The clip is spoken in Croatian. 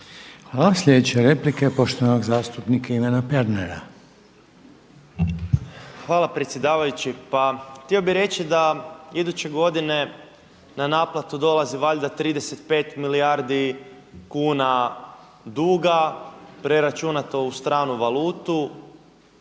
Hvala. Sljedeća replika je poštovanog zastupnika Ivana Pernara. **Pernar, Ivan (Abeceda)** Hvala predsjedavajući. Pa htio bih reći da iduće godine na naplatu dolazi valjda 35 milijardi kuna duga preračunato u stranu valutu.